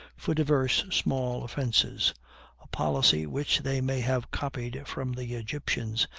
for divers small offenses a policy which they may have copied from the egyptians,